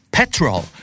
petrol